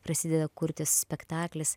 prasideda kurtis spektaklis